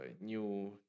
new